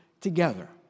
Together